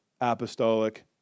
apostolic